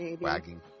Wagging